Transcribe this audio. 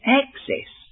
access